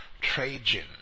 Trajan